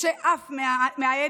משה עף מההדף,